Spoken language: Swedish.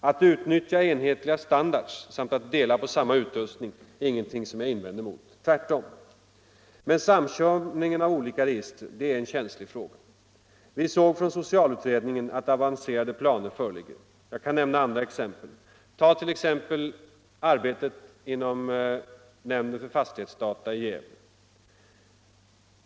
Att man utnyttjar enhetliga standarder och att man delar på samma utrustning är ingenting som jag invänder emot — tvärtom. Men samkörningen och hopkopplingen av olika register — det är en känslig fråga. Vi har i socialutredningen sett att avancerade planer föreligger. Jag kan nämna andra exempel. Tag t.ex. nämnden för fastighetsdata i Gävle!